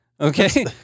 Okay